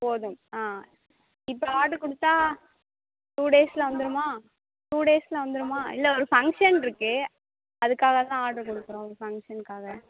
போதும் ஆ இப்போ ஆட்ரு கொடுத்தா டு டேஸில் வந்துடுமா டு டேஸில் வந்துடுமா இல்லை ஒரு ஃபங்ஷன் இருக்குது அதுக்காக தான் ஆட்ரு கொடுக்குறோம் ஒரு பங்க்ஷன்காக